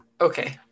Okay